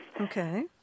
Okay